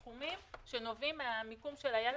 חוץ מזה, ייכנס הסדר של זה לשאר הילדים.